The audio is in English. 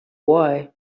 why